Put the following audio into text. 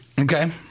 Okay